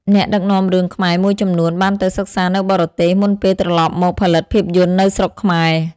អ្នកដឹកនាំរឿងខ្មែរមួយចំនួនបានទៅសិក្សានៅបរទេសមុនពេលត្រឡប់មកផលិតភាពយន្តនៅស្រុកខ្មែរ។